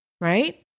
Right